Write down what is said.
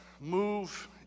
move